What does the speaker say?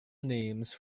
names